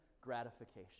gratification